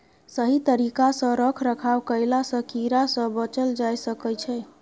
सही तरिका सँ रख रखाव कएला सँ कीड़ा सँ बचल जाए सकई छै